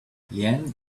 leanne